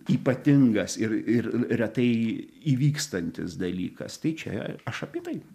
ypatingas ir ir retai įvykstantis dalykas tai čia aš apie tai